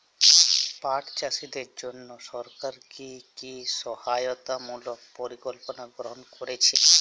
পাট চাষীদের জন্য সরকার কি কি সহায়তামূলক পরিকল্পনা গ্রহণ করেছে?